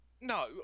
No